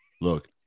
Look